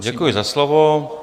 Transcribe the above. Děkuji za slovo.